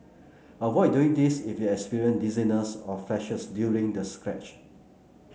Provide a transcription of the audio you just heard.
avoid doing this if you experience dizziness or flashes during the stretch